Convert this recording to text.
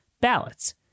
ballots